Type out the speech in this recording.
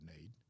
need